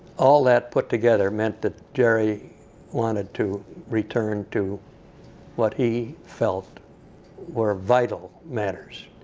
all that put together meant that jerry wanted to return to what he felt were vital matters.